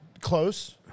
Close